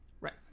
Right